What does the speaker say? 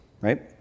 right